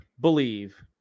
believe